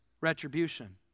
retribution